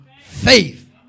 faith